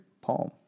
palm